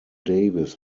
davis